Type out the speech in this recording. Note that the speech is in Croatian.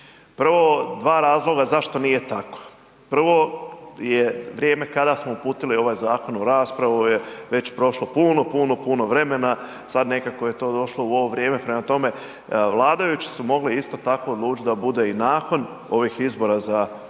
Prvo, dva razloga zašto nije tako. Prvo je vrijeme kada smo uputili ovaj zakon u raspravu je već prošlo puno, puno, puno vremena, sad nekako je to došlo u ovo vrijeme, prema tome, vladajući su mogli isto tako odlučit da bude i nakon ovih izbora za EU